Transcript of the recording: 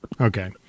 Okay